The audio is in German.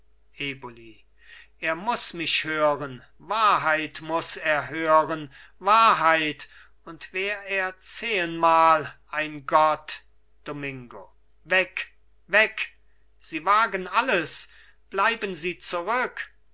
eboli er muß mich hören wahrheit muß er hören wahrheit und wär er zehenmal ein gott domingo weg weg sie wagen alles bleiben sie zurück